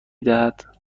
دهد